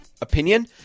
opinion